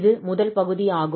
இது முதல் பகுதி ஆகும்